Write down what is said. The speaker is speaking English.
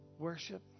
Worship